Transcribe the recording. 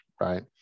right